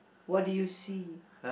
what did you see